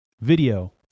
Video